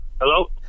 Hello